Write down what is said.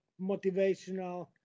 motivational